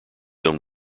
own